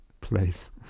place